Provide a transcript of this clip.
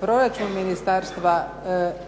proračun ministarstva